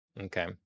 okay